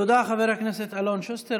תודה, חבר הכנסת אלון שוסטר.